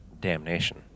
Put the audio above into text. damnation